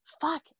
fuck